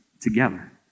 together